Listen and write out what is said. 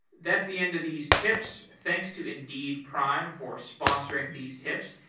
that's the end of these tips. thanks to indeed prime for sponsoring these tips.